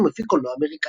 שחקן ומפיק קולנוע אמריקאי.